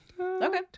Okay